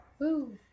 Woo